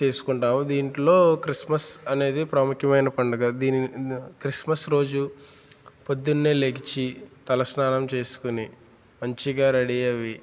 చేసుకుంటాము దీంట్లో క్రిస్మస్ అనేది ప్రముఖమైన పండుగ దీనిని క్రిస్మస్ రోజు పొద్దున్నే లేచి తల స్నానం చేసుకుని మంచిగా రడీ అయ్యి